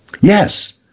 Yes